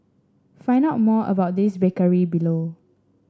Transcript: find out more about this bakery below